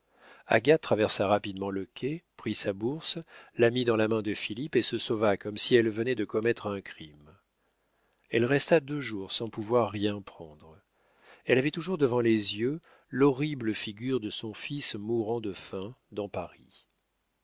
agathe traversa rapidement le quai prit sa bourse la mit dans la main de philippe et se sauva comme si elle venait de commettre un crime elle resta deux jours sans pouvoir rien prendre elle avait toujours devant les yeux l'horrible figure de son fils mourant de faim dans paris